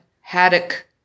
haddock